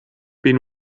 been